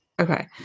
Okay